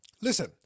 Listen